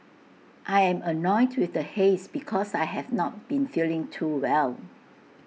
I am annoyed with the haze because I have not been feeling too well